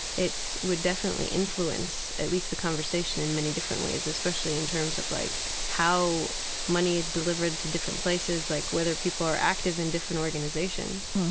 it would definitely influence at least the conversation in many different ways, especially in terms of like how money is delivered to different places, like whether people are active in different organizations